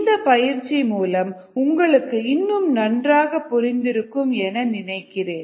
இந்த பயிற்சி மூலம் உங்களுக்கு இன்னும் நன்றாக புரிந்திருக்கும் என நினைக்கிறேன்